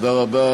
אני אומר באמת,